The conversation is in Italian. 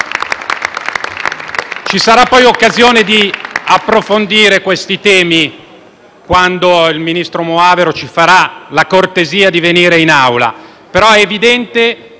Ci sarà certo occasione di approfondire questi temi quando il ministro Moavero ci farà la cortesia di venire in Aula,